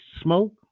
smoke